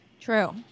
true